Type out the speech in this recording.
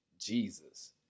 Jesus